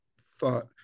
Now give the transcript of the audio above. thought